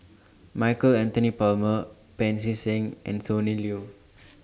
Michael Anthony Palmer Pancy Seng and Sonny Liew